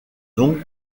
donc